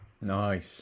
nice